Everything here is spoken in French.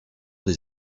des